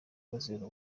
bazira